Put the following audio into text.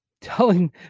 telling